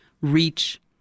reach